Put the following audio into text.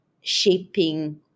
shaping